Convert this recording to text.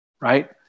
right